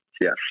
yes